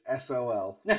SOL